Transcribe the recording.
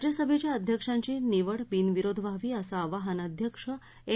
राज्यसभेच्या अध्यक्षांची निवड बिनविरोध व्हावी असं आवाहन अध्यक्ष एम